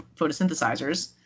photosynthesizers